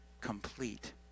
complete